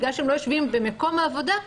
בגלל שהם לא יושבים במקום עבודה,